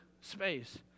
space